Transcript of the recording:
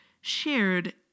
shared